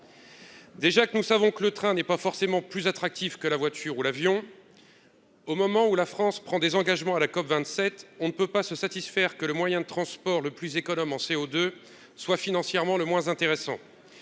déjà que nous savons que le train n'est pas forcément plus attractif que la voiture ou l'avion au moment où la France prend des engagements à la COP27 on ne peut pas se satisfaire que le moyen de transport le plus économe en CO2 soit financièrement le moins intéressant,